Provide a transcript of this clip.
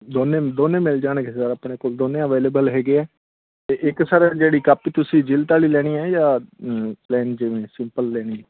ਦੋਨੇ ਦੋਨੇ ਮਿਲ ਜਾਣਗੇ ਸਰ ਆਪਣੇ ਕੋਲ ਦੋਨੇ ਅਵੇਲੇਬਲ ਹੈਗੇ ਆ ਅਤੇ ਇੱਕ ਸਰ ਜਿਹੜੀ ਕਾਪੀ ਤੁਸੀਂ ਜਿਲਤ ਵਾਲੀ ਲੈਣੀ ਹੈ ਜਾਂ ਲੈਣੀ ਕਿਵੇਂ ਸਿੰਪਲ ਲੈਣੀ